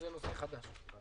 זה נושא חדש.